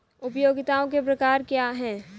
उपयोगिताओं के प्रकार क्या हैं?